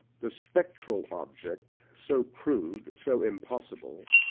the spectral object, so crude, so impossible,